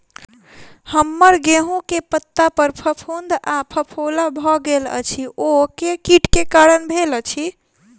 हम्मर गेंहूँ केँ पत्ता पर फफूंद आ फफोला भऽ गेल अछि, ओ केँ कीट केँ कारण भेल अछि?